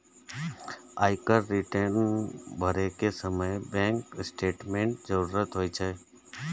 आयकर रिटर्न भरै के समय बैंक स्टेटमेंटक जरूरत होइ छै